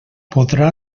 podrà